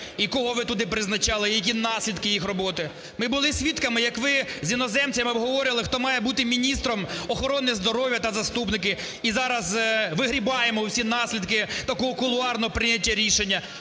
і кого ви туди призначали, і які наслідки їх роботи. Ми були свідками, як ви з іноземцями обговорювали, хто має бути міністром охорони здоров'я та заступники, і зараз вигрібаємо усі наслідки такого кулуарного прийняття рішення.